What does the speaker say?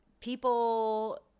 people